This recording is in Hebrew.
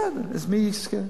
בסדר, אז מי יזכה?